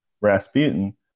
Rasputin